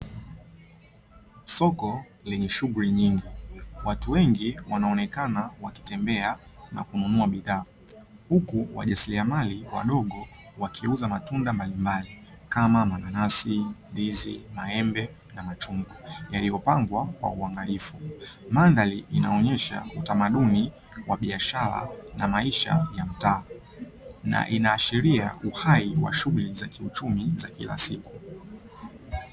Soko lenye shughuli nyingi watu wengi wanaonekana wakitembea na kununua bidhaa huku wajasiriamali wadogo wakiuza matunda mbalimbali kama mananasi, maembe, ndizi na machungwa yalivyopangwa kwa uangalifu. Mandhari inaonyesha utamaduni wa biashara na maisha ya mtaa na inaashiria uhai wa shughuli za kiuchumi za kila siku.